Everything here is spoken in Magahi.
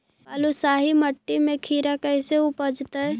बालुसाहि मट्टी में खिरा कैसे उपजतै?